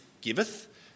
giveth